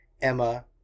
Emma